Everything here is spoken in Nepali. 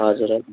हजुर हजुर